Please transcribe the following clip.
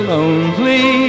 Lonely